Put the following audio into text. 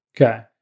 Okay